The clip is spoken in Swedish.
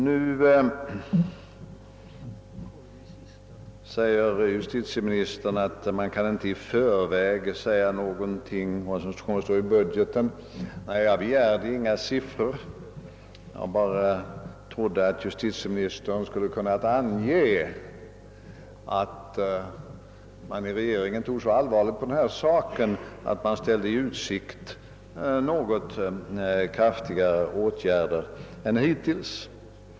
Nu säger justitieministern att man inte kan i förväg säga något om vad som kommer att stå i budgeten. Nej, jag begärde heller inga siffror. Jag bara trodde att justitieministern skulle ha kunnat ange att regeringen tog så allvarligt på denna fråga att man ställde i utsikt något kraftigare åtgärder än hittills.